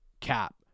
cap